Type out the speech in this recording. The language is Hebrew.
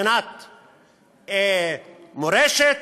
מבחינת מורשת?